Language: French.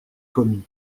commis